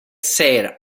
säger